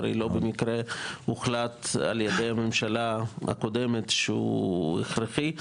לא במקרה הוחלט על ידי הממשלה הקודמת שהוא הכרחי.